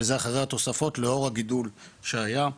וזה אחרי התוספות לאור הגידול שהיה.